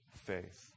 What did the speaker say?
faith